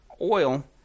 oil